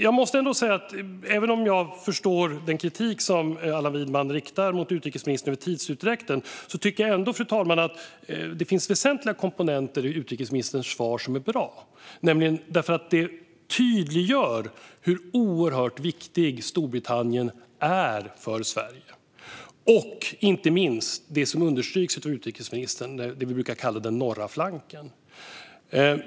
Jag måste ändå säga att även om jag förstår den kritik som Allan Widman riktar mot utrikesministern gällande tidsutdräkten tycker jag att det finns väsentliga komponenter i utrikesministerns svar som är bra. Det tydliggör hur oerhört viktigt Storbritannien är för Sverige, inte minst rörande det som understryks av utrikesministern om det vi brukar kalla för Norra gruppen.